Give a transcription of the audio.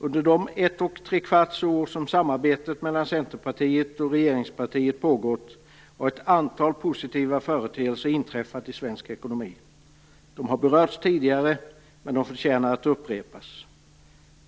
Under de ett och trekvarts år som samarbetet mellan Centerpartiet och regeringspartiet har pågått har ett antal positiva företeelser inträffat i svensk ekonomi. De har berörts tidigare, men de förtjänar att upprepas.